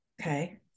Okay